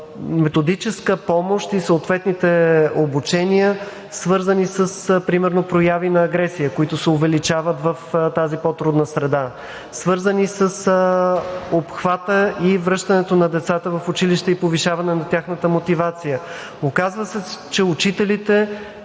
методическа помощ и съответните обучения, свързани примерно с прояви на агресия, които се увеличават в тази по-трудна среда, свързани с обхвата и връщането на децата в училище и повишаване на тяхната мотивация. Оказва се, че учителите